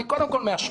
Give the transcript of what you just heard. אני קודם כל מאשר.